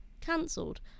cancelled